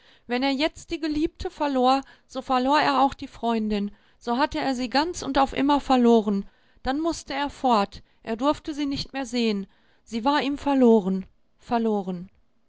wenn er jetzt die geliebte verlor so verlor er auch die freundin so hatte er sie ganz und auf immer verloren dann mußte er fort er durfte sie nicht mehr sehen sie war ihm verloren verloren